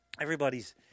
everybody's